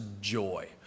joy